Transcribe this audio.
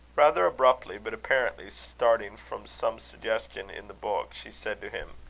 rather abruptly, but apparently starting from some suggestion in the book, she said to him